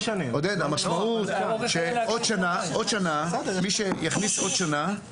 המשמעות היא שמי שיחליף עוד שנה, זהו.